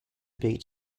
beat